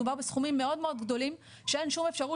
מדובר בסכומים מאוד מאוד גדולים שאין שום אפשרות